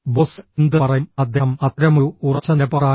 boss എന്ത് പറയും അദ്ദേഹം അത്തരമൊരു ഉറച്ച നിലപാടായിരുന്നു